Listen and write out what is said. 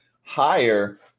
higher